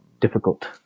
Difficult